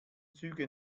züge